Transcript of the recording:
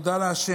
תודה לה'.